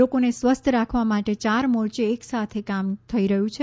લોકોને સ્વસ્થ રાખવા માટે ચાર મોરચે એક સાથે કામ થઈ રહ્યું છે